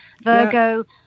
Virgo